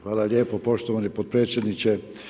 Hvala lijepo poštovani potpredsjedniče.